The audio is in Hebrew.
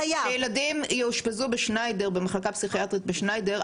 כשילדים יאושפזו במחלקה פסיכיאטרית בשניידר,